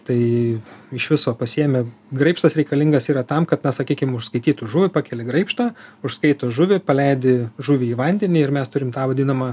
tai iš viso pasiimi graibštas reikalingas yra tam kad na sakykim užskaitytų žuvį pakeli graibštą užskaito žuvį paleidi žuvį į vandenį ir mes turime tą vadinamą